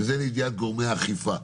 וזה לידיעת גורמי האכיפה.